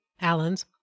Allens